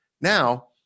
Now